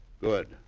Good